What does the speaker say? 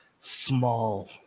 small